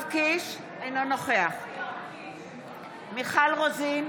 אינו נוכח מיכל רוזין,